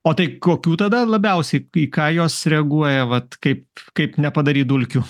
o tai kokių tada labiausiai į ką jos reaguoja vat kaip kaip nepadaryt dulkių